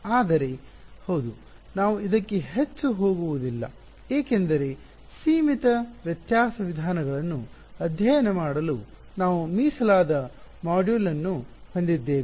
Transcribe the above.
ಆದರೆ ಹೌದು ನಾವು ಇದಕ್ಕೆ ಹೆಚ್ಚು ಹೋಗುವುದಿಲ್ಲ ಏಕೆಂದರೆ ಸೀಮಿತ ವ್ಯತ್ಯಾಸ ವಿಧಾನಗಳನ್ನು ಅಧ್ಯಯನ ಮಾಡಲು ನಾವು ಮೀಸಲಾದ ಮಾಡ್ಯೂಲ್ ಅನ್ನು ಹೊಂದಿದ್ದೇವೆ